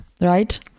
right